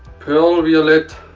perl violet